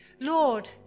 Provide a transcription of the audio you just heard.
Lord